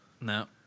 No